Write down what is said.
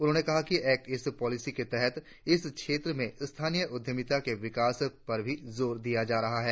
उन्होंने कहा कि एक्ट इस्ट पोलिसी के तहत इस क्षेत्र में स्थानीय उद्यमिता के विकास पर भी जोर दिया जा रहा है